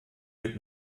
wird